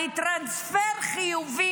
לטרנספר חיובי,